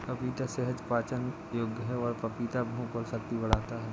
पपीता सहज पाचन योग्य है और पपीता भूख और शक्ति बढ़ाता है